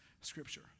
scripture